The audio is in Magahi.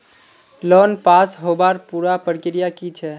लोन पास होबार पुरा प्रक्रिया की छे?